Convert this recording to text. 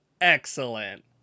Excellent